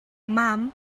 mam